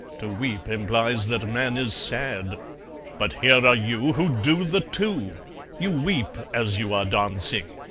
to weep implies that man is sad but here are you who do the two you weep as you are dancing!